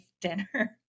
dinner